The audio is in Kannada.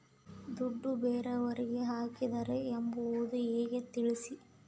ದುಡ್ಡು ಬೇರೆಯವರಿಗೆ ಹಾಕಿದ್ದಾರೆ ಎಂಬುದು ಹೇಗೆ ತಿಳಿಸಿ?